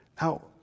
Now